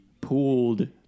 pooled